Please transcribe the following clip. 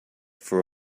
for